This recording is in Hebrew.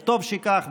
וטוב שכך,